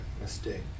mistake